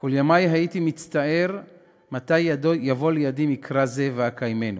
כל ימי הייתי מצטער מתי יבוא לידי מקרא זה ואקיימנו,